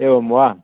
एवं वा